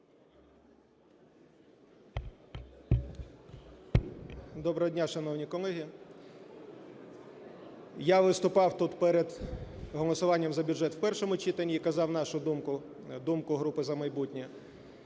Доброго дня, шановні колеги! Я виступав тут перед голосуванням за бюджет в першому читанні і казав нашу думку, думку групи "За майбутнє".